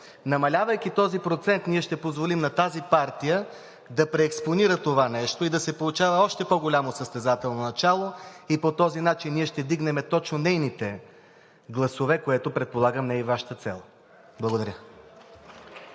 Намалявайки този процент, ние ще позволим на тази партия да преекспонира това нещо и да се получава още по-голямо състезателно начало. По този начин ние ще вдигнем точно нейните гласове, което предполагам не е и Вашата цел. Благодаря.